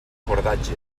cordatge